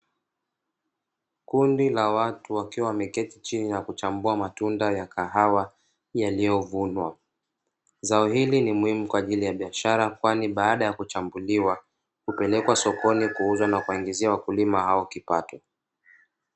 Kundi la watu wakiwa wameketi chini na kuchambua matunda ya kahawa yaliyovunwa. Zao hili ni muhimu kwa ajili ya biashara kwani baada ya kuchambuliwa hupelekwa sokoni kuuzwa na kuwaingizia wakulima hao kipato.